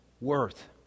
worth